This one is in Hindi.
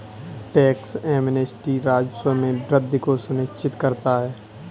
टैक्स एमनेस्टी राजस्व में वृद्धि को सुनिश्चित करता है